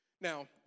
now